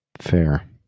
Fair